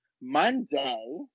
Monday